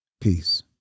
Peace